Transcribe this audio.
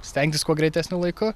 stengtis kuo greitesniu laiku